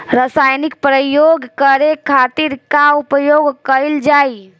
रसायनिक प्रयोग करे खातिर का उपयोग कईल जाइ?